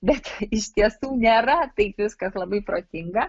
bet iš tiesų nėra taip viskas labai protinga